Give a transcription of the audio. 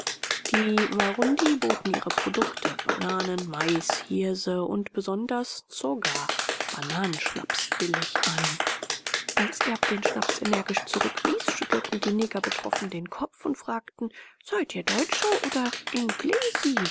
die warundi boten ihre produkte bananen mais hirse und besonders nsoga bananenschnaps billig an als erb den schnaps energisch zurückwies schüttelten die neger betroffen den kopf und fragten seid ihr deutsche oder